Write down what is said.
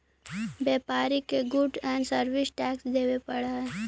व्यापारि के goods and service tax देवे पड़ऽ हई